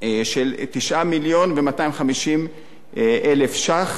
של 9.25 מיליון ש"ח.